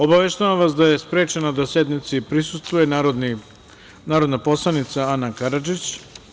Obaveštavam vas da je sprečena da sednici prisustvuje narodna poslanica Ana Karadžić.